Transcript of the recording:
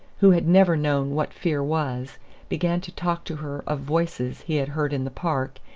who had never known what fear was began to talk to her of voices he had heard in the park,